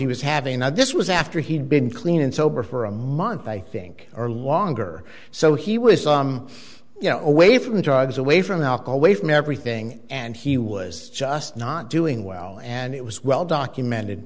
he was having that this was after he'd been clean and sober for a month i think or longer so he was some you know away from drugs away from alcohol way from everything and he was just not doing well and it was well documented